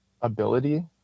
ability